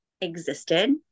existed